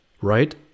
right